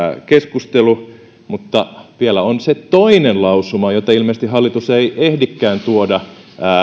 keskustelu mutta vielä on se toinen lausuma jota ilmeisesti hallitus ei ehdikään tuoda